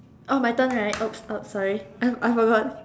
oh my turn right oops oops sorry I forgot